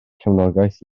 cefnogaeth